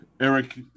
Eric